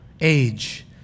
age